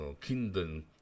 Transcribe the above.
Kingdom